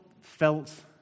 felt